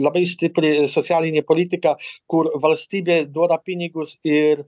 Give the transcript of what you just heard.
labai stipriai socialinė politika kur valstybė duoda pinigus ir